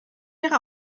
ihre